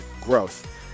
growth